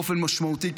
באופן משמעותי,